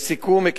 לסיכום,